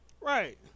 Right